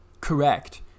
correct